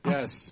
Yes